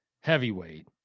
heavyweight